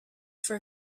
for